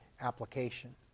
application